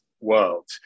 world